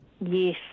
Yes